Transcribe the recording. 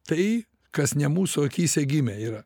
tai kas ne mūsų akyse gimę yra